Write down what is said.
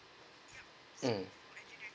um